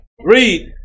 Read